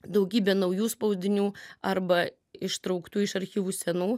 daugybė naujų spaudinių arba ištrauktų iš archyvų senų